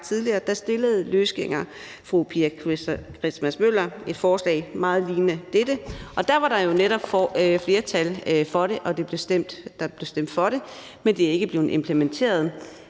stillede løsgænger fru Pia Christmas-Møller et forslag, der var meget lignende dette, og da var der jo netop et flertal for det, og der blev stemt for det, men det er ikke blevet implementeret.